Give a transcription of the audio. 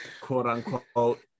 quote-unquote